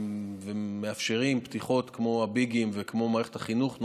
ומאפשרים פתיחות כמו הביגים וכמו מערכת החינוך,